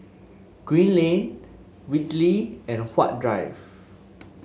Green Lane Whitley and Huat Drive